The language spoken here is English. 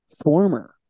former